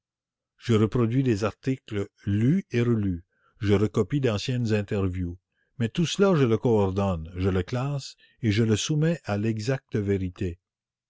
je reproduis des articles lus et relus je recopie d'anciennes interviews mais tout cela je le coordonne je le classe et je le soumets à l'exacte vérité